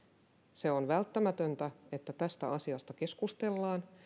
se on välttämätöntä että tästä asiasta keskustellaan